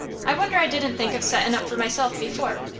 i wonder i didn't think of settin' up for myself before!